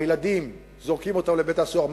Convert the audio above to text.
הילדים, זורקים אותם לבית-הסוהר.